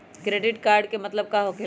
Credit card के मतलब का होकेला?